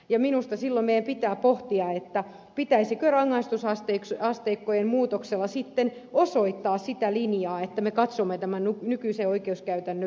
ja minusta silloin meidän pitää pohtia pitäisikö rangaistusasteikkojen muutoksella sitten osoittaa sitä linjaa että me katsomme tämän nykyisen oikeuskäytännön vinoutuneeksi